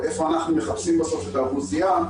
איפה אנחנו מחפשים בסוף את האוכלוסייה,